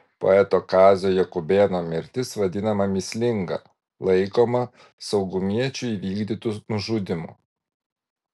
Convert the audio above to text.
poeto kazio jakubėno mirtis vadinama mįslinga laikoma saugumiečių įvykdytu nužudymu